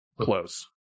close